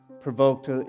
provoked